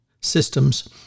systems